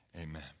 amen